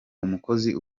umukozi